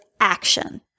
ACTION